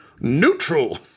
neutral